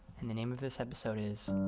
and the name of this episode is